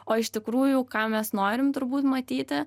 o iš tikrųjų ką mes norim turbūt matyti